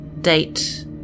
Date